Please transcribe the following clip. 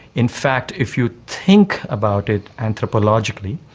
in fact if you think about it anthropologically,